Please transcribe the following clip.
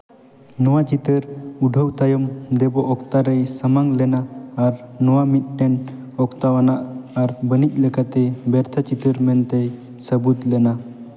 ᱱᱚᱣᱟ ᱪᱤᱛᱟᱹᱨ ᱩᱰᱷᱟᱹᱣ ᱛᱟᱭᱚᱢ ᱫᱮᱵᱚ ᱚᱠᱛᱟ ᱨᱮᱭ ᱥᱟᱢᱟᱝ ᱞᱮᱱᱟ ᱟᱨ ᱱᱚᱣᱟ ᱢᱤᱫᱴᱮᱱ ᱚᱠᱛᱟᱣᱟᱱᱟᱜ ᱟᱨ ᱵᱟᱹᱱᱤᱡ ᱞᱮᱠᱟᱛᱮ ᱵᱮᱨᱛᱷᱟ ᱪᱤᱛᱟᱹᱨ ᱢᱮᱱᱛᱮ ᱥᱟᱹᱵᱩᱫ ᱞᱮᱱᱟ